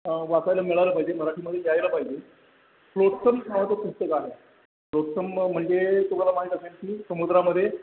वाचायला मिळालं पाहिजे मराठीमध्ये यायला पाहिजे फ्लोटसम नावाचं पुस्तक आहे फ्लोटसम म्हणजे तुम्हाला माहीत असेल की समुद्रामध्ये